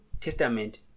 testament